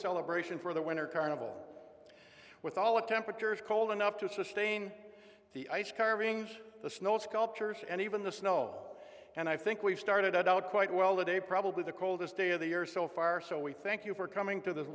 celebration for the winter carnival with all the temperatures cold enough to sustain the ice carvings the snow sculptures and even the snow and i think we've started out quite well the day probably the coldest day of the year so far so we thank you for coming to th